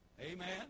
Amen